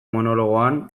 monologoan